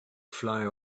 fly